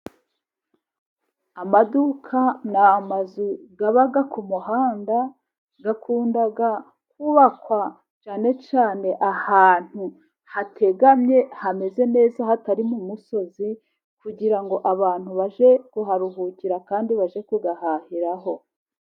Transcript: Amaduka n'amazu aba k'umuhanda yakunda kubakwa cyanee cyane ahantu hategamye hameze neza, hataririmo umusozi kugira ngo abantu bajye kuharuhukira kandi bajye kuyahahiraho.